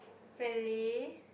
really